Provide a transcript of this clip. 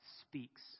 speaks